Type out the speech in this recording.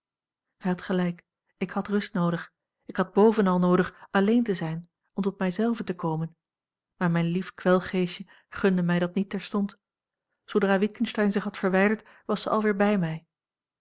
hij had gelijk ik had rust noodig ik had bovenal noodig alleen te zijn om tot mij zelve te komen maar mijn lief kwelgeestje gunde mij dat niet terstond zoodra witgensteyn zich had verwijderd was zij alweer bij mij